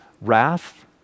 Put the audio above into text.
wrath